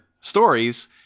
stories